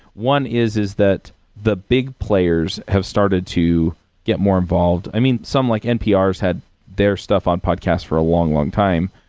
one is, is that the big players have started to get more involved. i mean, some like nprs had their stuff on podcast for a long, long time.